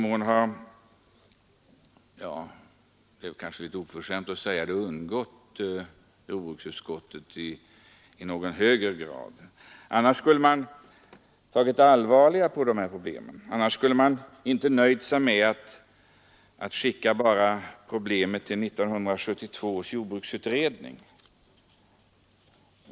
Det är kanske litet oförskämt att säga det, men detta tycks ha undgått jordbruksutskottet. Annars skulle man ha tagit allvarligare på dessa problem. Man skulle inte ha nöjt sig med att skicka problemen till 1972 års jordbruksutredning.